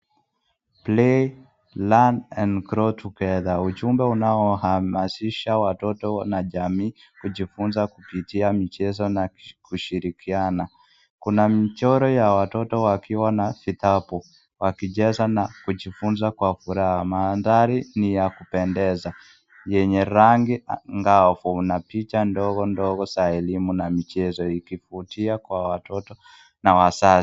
Play, learn and grow together . Ujumbe unaohamasisha watoto na jamii kujifunza kupitia michezo na kushirikiana. Kuna mchoro ya watoto wakiwa na vitabu wakicheza na kujifunza kwa furaha. Mandhari ni ya kupendeza yenye rangi ngavu na picha ndogo ndogo za elimu na michezo ikivutia kwa watoto na wazazi.